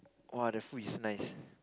!wah! the food is nice